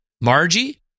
Margie